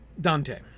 Dante